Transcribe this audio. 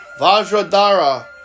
Vajradhara